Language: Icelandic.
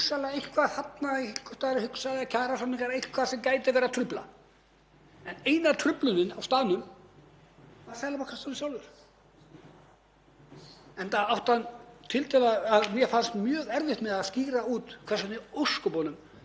enda átti hann tiltölulega, að mér fannst, erfitt með að skýra út hvers vegna í ósköpunum hann væri ekki að lækka vexti, hvers vegna í ósköpunum hann notaði ekki sama meðalið á lækkandi verðbólgu og hann notar á hækkandi verðbólgu.